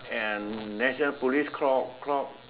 and the national police clock clock